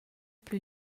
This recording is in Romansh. plü